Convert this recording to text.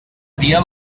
tria